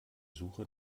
suche